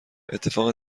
اتفاق